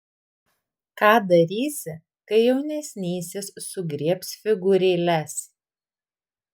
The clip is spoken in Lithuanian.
ką darysi kai jaunesnysis sugriebs figūrėles